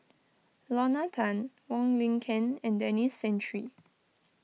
Lorna Tan Wong Lin Ken and Denis Santry